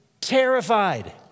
terrified